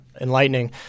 enlightening